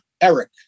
Eric